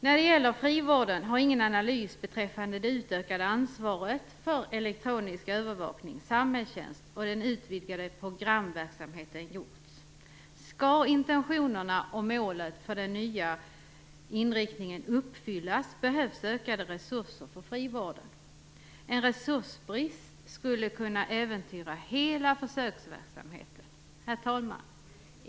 När det gäller frivården har ingen analys beträffande det utökade ansvaret för den elektroniska övervakningen, samhällstjänsten och den utvidgade programverksamheten gjorts. Skall intentionerna och målen för den nya inriktningen uppfyllas, behövs ökade resurser för frivården. En resursbrist skulle kunna äventyra hela försöksverksamheten. Herr talman!